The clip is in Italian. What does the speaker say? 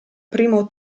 primo